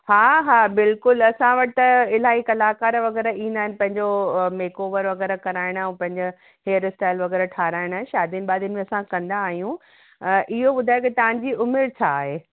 हा हा बिल्कुलु असां वटि त इलाही कलाकार वग़ैरह ईंदा आहिनि पंहिंजो मेकऑवर वग़ैरह कराइण ऐं पंहिंजा हेयर स्टाइल वग़ैरह ठाहिराइण शादियुनि बादियुनि में असां कंदा आहियूं इहो ॿुधायो कि तव्हांजी उमिरि छा आहे